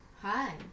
Hi